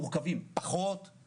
הבנתי, זה חוסר אחריות.